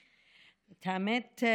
האמת,